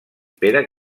pere